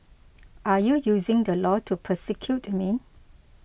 are you using the law to persecute me